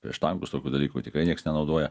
prieš tankus tokių dalykų tikrai nieks nenaudoja